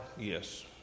yes